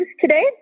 today